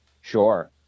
Sure